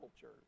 Church